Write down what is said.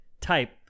type